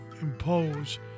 impose